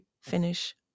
finish